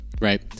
right